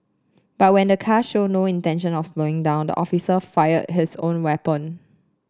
but when the car showed no intention of slowing down the officer fired his own weapon